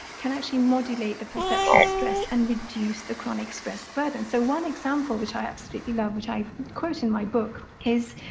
can actually modulate the perception of stress and reduce the chronic stress burden but and so one example which i absolutely love, which i quote in my book is,